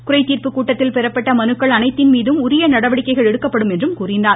குறைதீட்பு கூட்டத்தில் பெறப்பட்ட மனுக்கள் அனைத்தின்மீதும் உரிய நடவடிக்கைகள் எடுக்கப்படும் என்றும் கூறினார்